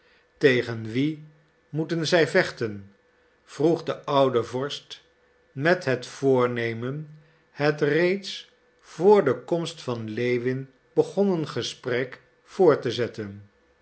tegen wie moeten zij vechten vroeg de oude vorst met het voornemen het reeds vr de komst van lewin begonnen gesprek voort te zetten